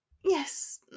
Yes